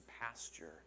pasture